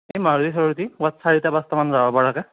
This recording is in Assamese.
এ মাৰুতি চাৰুতি ক'ৰবাত চাৰিটা পাঁচটামান যাব পৰাকৈ